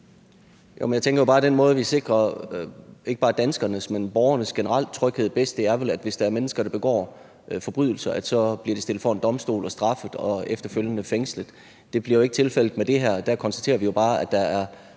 Jeg tænker jo bare, at den måde, vi bedst sikrer trygheden, ikke bare for danskerne, men for borgerne generelt, vel er, at hvis der er mennesker, der begår forbrydelser, så bliver de stillet for en domstol, straffet og efterfølgende fængslet. Det bliver jo ikke tilfældet med det her – der konstaterer vi jo bare, at der er